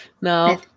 now